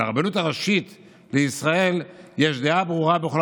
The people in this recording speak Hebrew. לרבנות הראשית לישראל יש דעה ברורה בכל